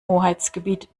hoheitsgebiet